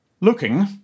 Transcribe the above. looking